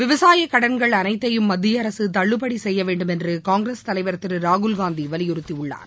விவசாய கடன்கள் அனைத்தையும் மத்திய அரசு தள்ளுபடி செய்ய வேண்டும் என்று காங்கிரஸ் தலைவர் திரு ராகுல்காந்தி வலியுறுத்தியுள்ளார்